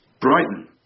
Brighton